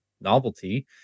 novelty